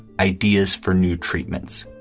ideas for new treatments.